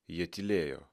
jie tylėjo